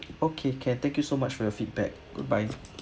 okay can thank you so much for your feedback goodbye